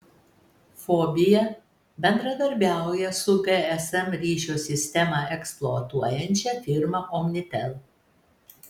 fobija bendradarbiauja su gsm ryšio sistemą eksploatuojančia firma omnitel